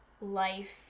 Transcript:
life